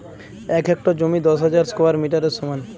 এক হেক্টর জমি দশ হাজার স্কোয়ার মিটারের সমান